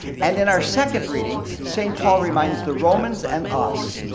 and in our second reading, saint paul reminds the romans and us,